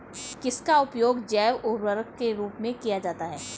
किसका उपयोग जैव उर्वरक के रूप में किया जाता है?